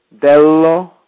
dello